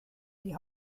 die